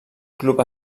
club